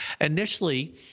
Initially